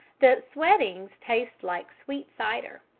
the sweatings taste like sweet cider.